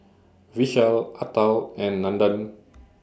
Vishal Atal and Nandan